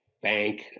Bank